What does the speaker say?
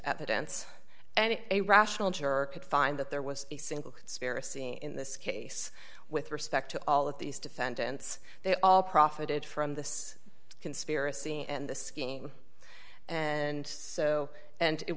evidence and if a rational juror could find that there was a single conspiracy in this case with respect to all of these defendants they all profited from this conspiracy and the scheme and so and it